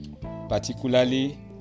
particularly